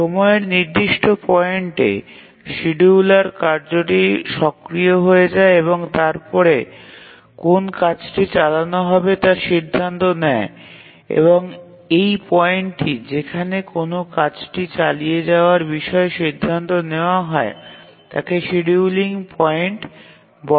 সময়ের নির্দিষ্ট পয়েন্টে শিডিয়ুলার কার্যটি সক্রিয় হয়ে যায় এবং তারপরে কোন কাজটি চালানো হবে তা সিদ্ধান্ত নেয় এবং এই পয়েন্টটি যেখানে কোন কাজটি চালিয়ে যাওয়ার বিষয়ে সিদ্ধান্ত নেওয়া হয় তাকে শিডিয়ুলিং পয়েন্ট বলে